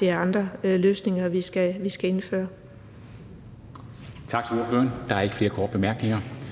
det er andre løsninger, vi skal indføre. Kl. 12:39 Formanden